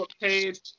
page